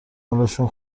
حالشون